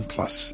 Plus